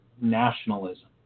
nationalism